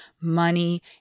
money